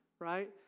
right